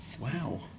Wow